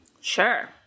Sure